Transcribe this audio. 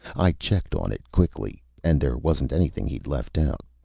i checked on it quickly and there wasn't anything he'd left out.